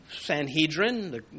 Sanhedrin